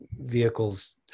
vehicles